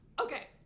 Okay